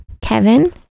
Kevin